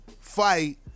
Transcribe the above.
fight